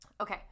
Okay